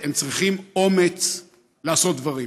הם צריכים אומץ לעשות דברים.